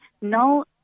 no